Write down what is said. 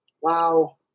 Wow